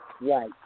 Right